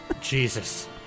Jesus